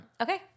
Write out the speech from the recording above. Okay